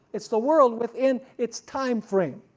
it's the world within its timeframe.